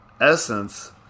essence